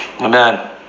Amen